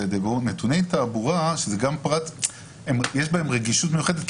יש בהם רגישות מיוחדת,